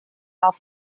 auf